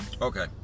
Okay